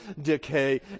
decay